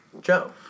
Joe